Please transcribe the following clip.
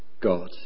God